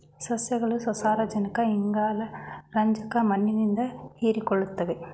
ಸಸ್ಯಗಳು ಸಾರಜನಕ ಇಂಗಾಲ ರಂಜಕ ಮಣ್ಣಿನಿಂದ ಹೀರಿಕೊಳ್ಳುತ್ತವೆ